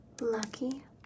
Lucky